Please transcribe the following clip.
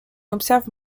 observe